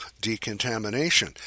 decontamination